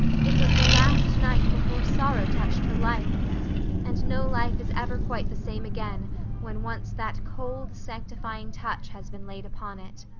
it was the last night before sorrow touched her life and no life is ever quite the same again when once that cold, sanctifying touch has been laid upon it.